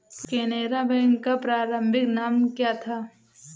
Canara bank का प्रारंभिक नाम क्या था?